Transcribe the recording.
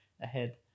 ahead